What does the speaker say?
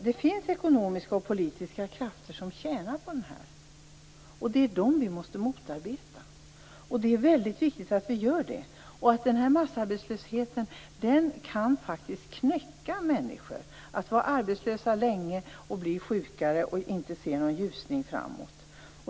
Det finns ekonomiska och politiska krafter som tjänar på det här, och det är dem vi måste motarbeta. Det är väldigt viktigt att vi gör det. Massarbetslösheten kan faktiskt knäcka människor. Det handlar om människor som är arbetslösa länge, som blir sjukare och inte ser någon ljusning.